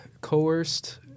coerced